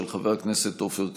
של חבר הכנסת עופר כסיף,